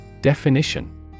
Definition